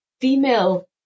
female